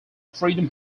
freedom